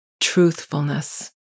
truthfulness